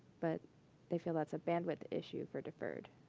but they feel that's a bandwidth issue for deferred,